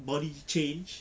body change